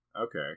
Okay